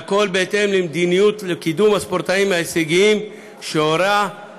והכול בהתאם למדיניות לקידום הספורטאים ההישגיים שהורתה